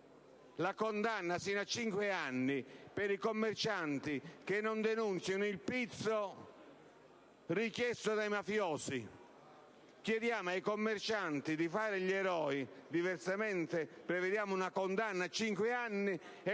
la condanna fino a cinque anni per i commercianti che non denuncino il pizzo richiesto dai mafiosi. Chiediamo ai commercianti di fare gli eroi (diversamente prevediamo una condanna fino a cinque anni),